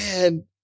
Man